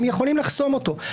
הם יכולים לחסום אותו.